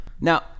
Now